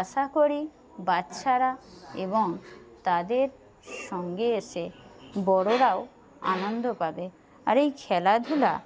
আশা করি বাচ্চারা এবং তাদের সঙ্গে এসে বড়রাও আনন্দ পাবে আর এই খেলাধুলাও